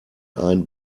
ein